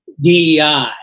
DEI